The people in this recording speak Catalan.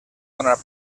donar